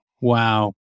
Wow